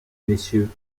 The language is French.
messieurs